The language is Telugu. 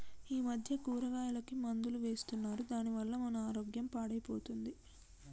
ఈ మధ్య కూరగాయలకి మందులు వేస్తున్నారు దాని వల్ల మన ఆరోగ్యం పాడైపోతుంది